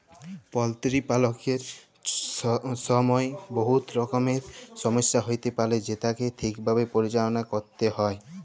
poultry পাললের ছময় বহুত রকমের ছমচ্যা হ্যইতে পারে যেটকে ঠিকভাবে পরিচাললা ক্যইরতে হ্যয়